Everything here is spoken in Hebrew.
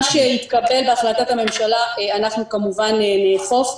מה שיתקבל בהחלטת הממשלה אנחנו כמובן נאכוף.